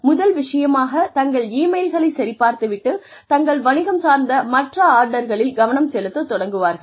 முதல் விஷயமாக தங்கள் இமெயில்களை சரிபார்த்து விட்டு தங்கள் வணிகம் சார்ந்த மற்ற ஆர்டர்களில் கவனம் செலுத்தத் தொடங்குவார்கள்